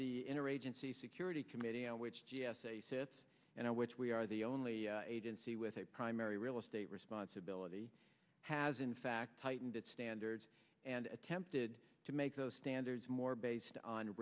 the inner agency security committee which g s a scythes and i which we are the only agency with a primary real estate responsibility has in fact tightened its standards and attempted to make those standards more based on